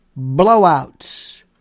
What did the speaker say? blowouts